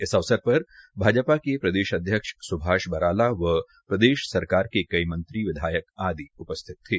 इस अवसर पर भाजपा के प्रदेशअध्यक्ष स्भाष बराला व प्रदेश सरकार के कई मंत्री विधायक आदि उपस्थित थे